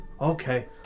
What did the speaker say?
Okay